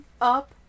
up